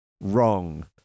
Wrong